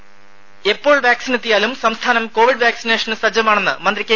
voice രുര എപ്പോൾ vaccine എത്തിയാലും സംസ്ഥാനം കോവിഡ് വാക്സിനേഷൻ സജ്ജമാണെന്ന് മന്ത്രി കെ